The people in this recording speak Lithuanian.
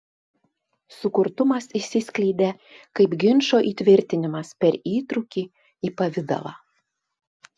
sukurtumas išsiskleidė kaip ginčo įtvirtinimas per įtrūkį į pavidalą